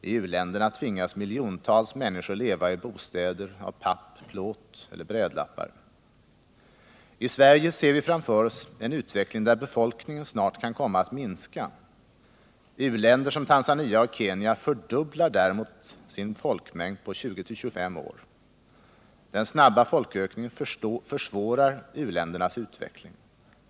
I u-länderna tvingas miljontals människor leva i bostäder av papp, plåt eller brädlappar. —- I Sverige ser vi framför oss en utveckling där befolkningen snart kan komma att minska. U-länder som Tanzania och Kenya fördubblar däremot sin folkmängd på 20-25 år. Den snabba folkökningen försvårar u-ländernas utveckling.